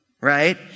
right